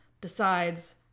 decides